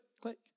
click